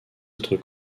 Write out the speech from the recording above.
autres